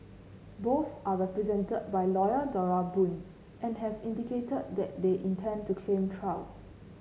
both are represented by lawyer Dora Boon and have indicated that they intend to claim trial